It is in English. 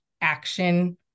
action